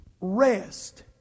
Rest